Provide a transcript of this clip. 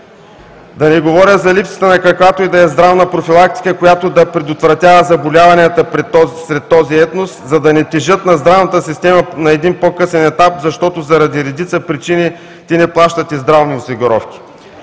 Да не говоря за липсата на каквато и да е здравна профилактика, която да предотвратява заболяванията сред този етнос, за да не тежат на здравната система на един по-късен етап, защото, заради редица причини, те не плащат и здравни осигуровки.